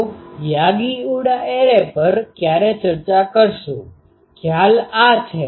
તો Yagi Uda array પર ક્યારે ચર્ચા કરશું ખ્યાલ આ છે